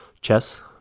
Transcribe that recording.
Chess